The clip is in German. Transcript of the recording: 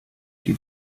die